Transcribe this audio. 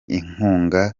inkunga